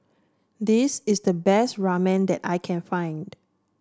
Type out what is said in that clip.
this is the best Ramen that I can find